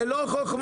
זה לא חוכמה,